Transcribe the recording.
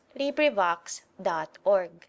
LibriVox.org